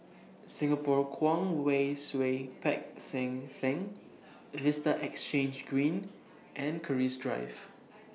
Singapore Kwong Wai Siew Peck San Theng Vista Exhange Green and Keris Drive